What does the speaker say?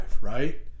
right